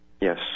Yes